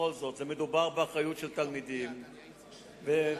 בכל זאת, מדובר באחריות לתלמידים ומסיירים.